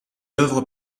œuvre